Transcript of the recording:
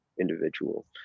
individual